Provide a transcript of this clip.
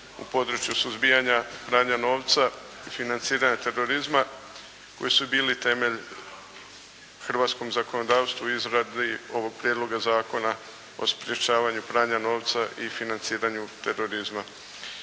u području suzbijanja pranja novca i financiranja terorizma koji su bili temelj hrvatskom zakonodavstvu, izradi ovoga Prijedloga zakona o sprječavanju pranja novca i financiranju terorizma.